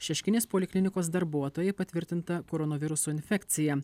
šeškinės poliklinikos darbuotojai patvirtinta koronoviruso infekcija